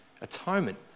atonement